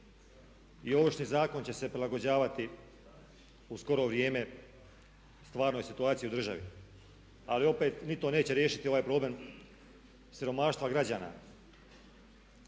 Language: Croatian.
i Ovršni zakon će se prilagođavati u skoro vrijeme u stvarnoj situaciji u državi. Ali opet ni to neće riješiti ovaj problem siromaštva građana.